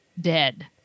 dead